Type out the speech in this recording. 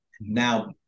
now